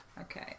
Okay